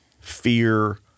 fear